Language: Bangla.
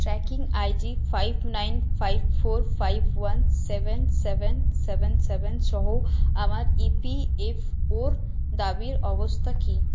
tracking ID five nine five four five one seven seven seven seven সহ আমার ইপিএফওর দাবির অবস্থা কী